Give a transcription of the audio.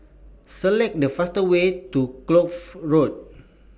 Select The fastest Way to Kloof Road